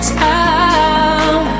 time